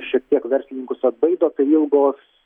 šiek tiek verslininkus atbaido tai ilgos